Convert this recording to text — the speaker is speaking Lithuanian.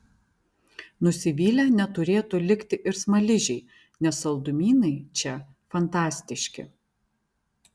nusivylę neturėtų likti ir smaližiai nes saldumynai čia fantastiški